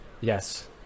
yes